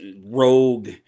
rogue